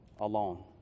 alone